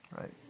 right